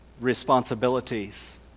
responsibilities